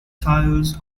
tiles